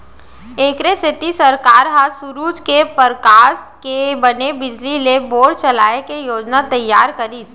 एखरे सेती सरकार ह सूरूज के परकास के बने बिजली ले बोर चलाए के योजना तइयार करिस